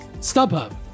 StubHub